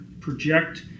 project